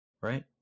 right